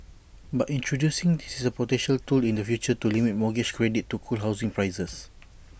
but introducing this is A potential tool in the future to limit mortgage credit to cool housing prices